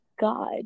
God